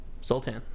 Sultan